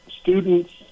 students